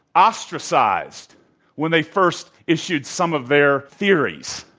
ostracized when they first issued some of their theories.